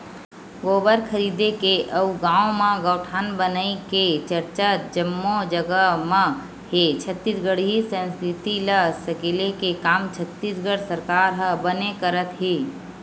गोबर खरीदे के अउ गाँव म गौठान बनई के चरचा जम्मो जगा म हे छत्तीसगढ़ी संस्कृति ल सकेले के काम छत्तीसगढ़ सरकार ह बने करत हे